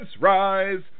rise